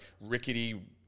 rickety